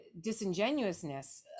disingenuousness